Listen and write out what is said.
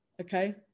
okay